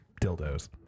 dildos